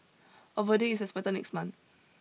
a verdict is expected next month